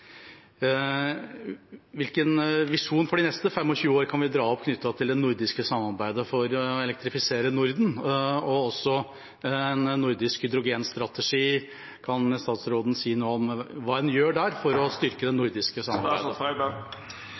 Hvilken visjon kan vi dra opp for de neste 25 årene knyttet til det nordiske samarbeidet for å elektrifisere Norden? Også når det gjelder en nordisk hydrogenstrategi – kan statsråden si noe om hva en gjør der for å styrke det nordiske